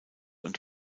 und